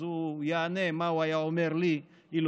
אז הוא יענה מה הוא היה אומר לי אילו